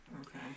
okay